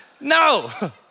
no